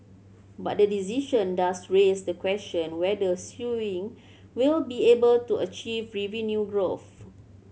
but the decision does raise the question whether Sewing will be able to achieve revenue growth